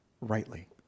rightly